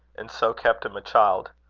and so kept him a child.